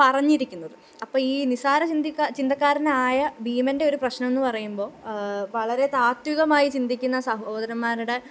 പറഞ്ഞിരിക്കുന്നത് അപ്പം ഈ നിസാര ചിന്തിക്ക ചിന്തക്കാരനായ ഭീമന്റെ ഒരു പ്രശ്നം എന്ന് പറയുമ്പോൾ വളരെ താത്വികമായി ചിന്തിക്കുന്ന സഹോദരമ്മാരുടെ